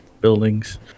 buildings